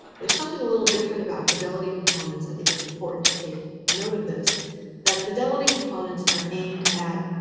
there's something a little different about fidelity components i think it's important to take note of this that fidelity components are aimed at